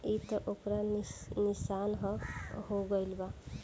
ई त ओकर निशान हो गईल बा